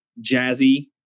jazzy